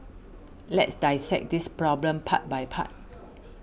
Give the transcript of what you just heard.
let's dissect this problem part by part